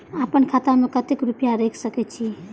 आपन खाता में केते रूपया रख सके छी?